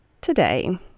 today